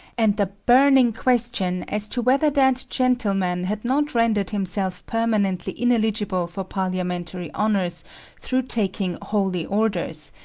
and the burning question as to whether that gentleman had not rendered himself permanently ineligible for parliamentary honours through taking holy orders,